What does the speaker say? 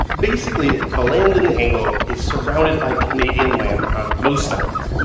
basically the land in the angle is surrounded by canadian land on most sides,